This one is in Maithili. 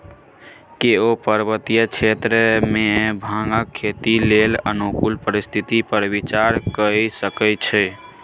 केओ पर्वतीय क्षेत्र मे भांगक खेती लेल अनुकूल परिस्थिति पर विचार कए सकै छै